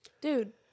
dude